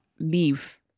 leave